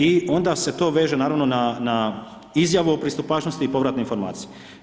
I onda se to veže naravno na Izjavu o pristupačnosti i povratnu informaciju.